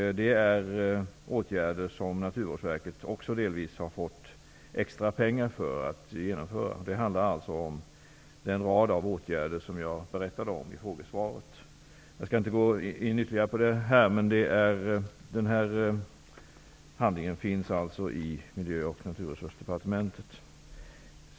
Det är åtgärder som Naturvårdsverket delvis har fått extra pengar för att genomföra. Det handlar alltså om den rad av åtgärder som jag berättade om i frågesvaret. Jag skall inte gå in ytterligare på det, men handlingen finns i Miljö och naturresursdepartementet.